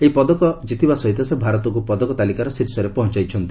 ଏହି ପଦକ ଜିତିବା ସହିତ ସେ ଭାରତକୁ ପଦକ ତାଲିକାର ଶୀର୍ଷରେ ପହଞ୍ଚାଇଛନ୍ତି